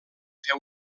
fer